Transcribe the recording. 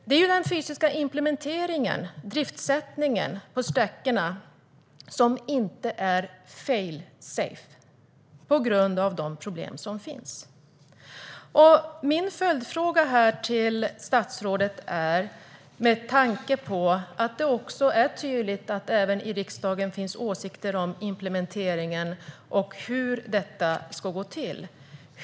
Det är den fysiska implementeringen och driftssättningen på sträckorna som inte är fail safe på grund av de problem som finns. Jag har en följdfråga till statsrådet med tanke på att det är tydligt att det även i riksdagen finns åsikter om implementeringen och hur detta ska gå till.